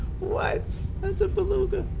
wives of the below the